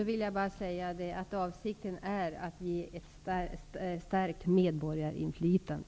Fru talman! Avsikten är att ge ett starkt medborgarinflytande.